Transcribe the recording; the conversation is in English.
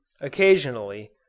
Occasionally